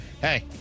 hey